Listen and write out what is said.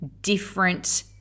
different